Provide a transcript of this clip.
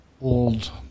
old